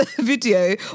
video